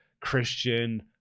Christian